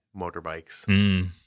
motorbikes